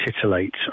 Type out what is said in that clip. titillate